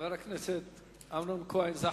חבר הכנסת אמנון כהן.